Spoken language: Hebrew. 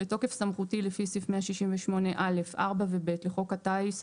בתוקף סמכותי לפי סעיף 168(א)(4) ו-(ב) לחוק הטיס,